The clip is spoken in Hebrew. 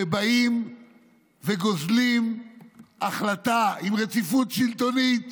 שבאים וגוזלים החלטה עם רציפות שלטונית